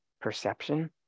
perception